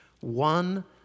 one